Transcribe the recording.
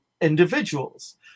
individuals